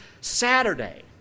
Saturday